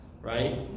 right